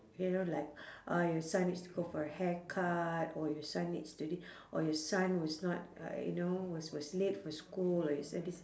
you know like uh your son needs to go for a haircut or your son needs to thi~ or your son was not uh you know was was late for school like you say this